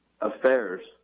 affairs